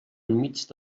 enmig